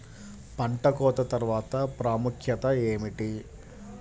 పంట కోత తర్వాత ప్రాముఖ్యత ఏమిటీ?